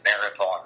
marathon